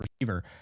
receiver